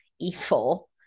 evil